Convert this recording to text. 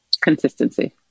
Consistency